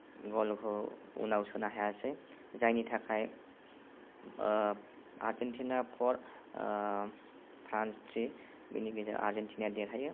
ग'लखौ उनाव सोनो हायासै जायनि थाखाय आर्जेनटिनाया फ'र फ्रान्स थ्रि बेनि गेजेराव आर्जेनटिनाया देरहायो